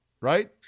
right